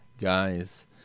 guys